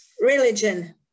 religion